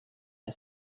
her